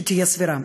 שתהיה סבירה.